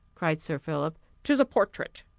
cried sir philip tis a portrait.